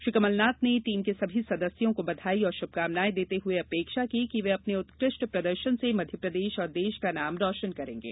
श्री कमलनाथ ने टीम के सभी सदस्यों को बधाई और शुभकामनाएँ देते हुए अपेक्षा की कि वे अपने उत्कृष्ट प्रदर्शन से मध्यप्रदेश और देश का नाम रोशन करेंगे